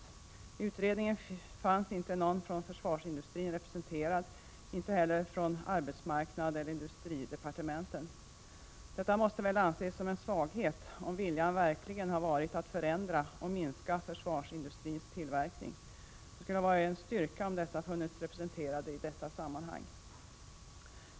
I utredningen fanns inte någon från försvarsindustrin representerad, inte heller från arbetsmarknadseller industridepartementet. Detta måste väl anses som en svaghet, om viljan verkligen har varit att förändra och minska försvarsindustrins tillverkning. Det skulle ha varit en styrka, om dessa funnits representerade i detta sammanhang.